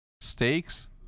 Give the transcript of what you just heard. Steaks